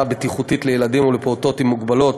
הבטיחותית לילדים ולפעוטות עם מוגבלות